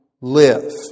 live